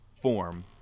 form